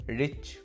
rich